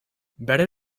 better